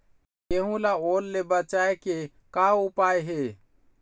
गेहूं ला ओल ले बचाए के का उपाय हे?